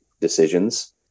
decisions